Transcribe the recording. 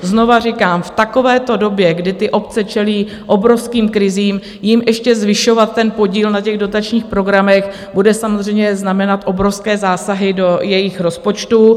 Znova říkám, v takovéto době, kdy ty obce čelí obrovským krizím, jim ještě zvyšovat ten podíl na dotačních programech bude samozřejmě znamenat obrovské zásahy do jejich rozpočtů.